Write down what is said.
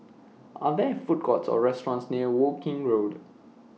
Are There Food Courts Or restaurants near Woking Road